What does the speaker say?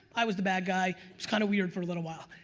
i was the bad guy, it was kind of weird for a little while.